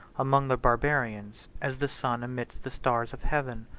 among the barbarians, as the sun amidst the stars of heaven.